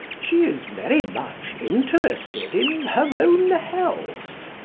she is very much interested in her own health.